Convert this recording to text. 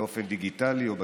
באופן דיגיטלי או בטלפון.